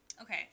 Okay